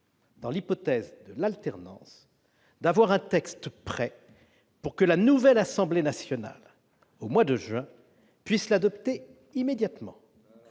dans l'hypothèse de l'alternance, d'avoir un texte prêt pour que la nouvelle Assemblée nationale, au mois de juin prochain, puisse l'adopter immédiatement.